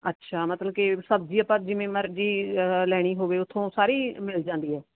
ਅੱਛਾ ਮਤਲਬ ਕਿ ਸਬਜ਼ੀ ਆਪਾਂ ਜਿਵੇਂ ਮਰਜ਼ੀ ਲੈਣੀ ਹੋਵੇ ਉੱਥੋਂ ਸਾਰੀ ਮਿਲ ਜਾਂਦੀ ਆ